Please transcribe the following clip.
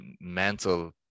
mental